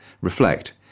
Reflect